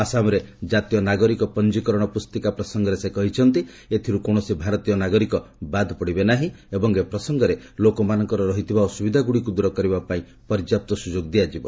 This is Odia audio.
ଆସାମରେ ଜାତୀୟ ନାଗରିକ ପଞ୍ଜୀକରଣ ପୁସ୍ତିକା ପ୍ରସଙ୍ଗରେ ସେ କହିଛନ୍ତି ଯେ ଏଥିରୁ କୌଣସି ଭାରତୀୟ ନାଗରିକ ବାଦ୍ ପଡ଼ିବେ ନାହିଁ ଏବଂ ଏ ପ୍ରସଙ୍ଗରେ ଲୋକମାନଙ୍କର ରହିଥିବା ଅସୁବିଧାଗୁଡ଼ିକୁ ଦୂର କରିବାପାଇଁ ପର୍ଯ୍ୟାପ୍ତ ସୁଯୋଗ ଦିଆଯିବ